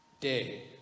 day